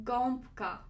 Gąbka